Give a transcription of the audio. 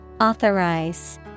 authorize